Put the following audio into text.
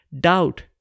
doubt